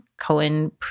Cohen